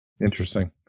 interesting